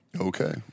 Okay